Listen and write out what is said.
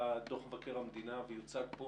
ב-14:00 יגיע דוח מבקר המדינה ויוצג פה